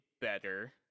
better